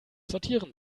sortieren